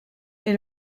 est